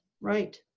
right